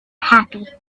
happy